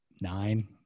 nine